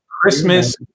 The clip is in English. Christmas